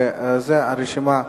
בזה הרשימה נעולה,